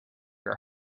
are